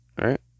Right